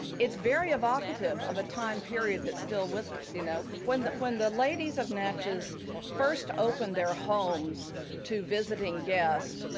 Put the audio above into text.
it's very evocative of a time period that's still with us. you know when the when the ladies of natchez first opened their homes to visiting guests,